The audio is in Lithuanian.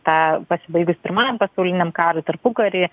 tą pasibaigus pirmajam pasauliniam karui tarpukary